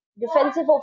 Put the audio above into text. defensive